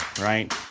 right